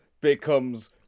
becomes